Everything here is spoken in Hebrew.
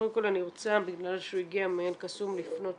קודם כל, אני רוצה בגלל שהוא הגיע מאל-קאסום לפנות